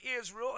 Israel